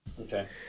Okay